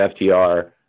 FTR